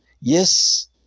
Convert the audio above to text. Yes